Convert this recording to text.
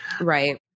Right